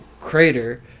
crater